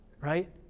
right